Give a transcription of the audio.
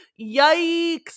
yikes